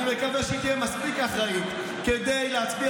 אני מקווה שהיא תהיה מספיק אחראית כדי להצביע